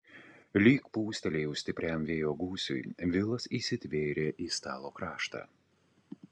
lyg pūstelėjus stipriam vėjo gūsiui vilas įsitvėrė į stalo kraštą